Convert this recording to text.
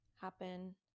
happen